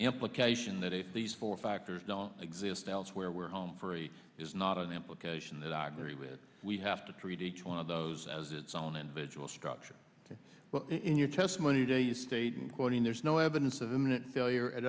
implication that if these four factors don't exist elsewhere we're home free is not an implication that i agree with we have to treat each one of those as its own individual structure in your testimony to you stating quoting there's no evidence of imminent failure at